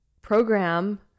program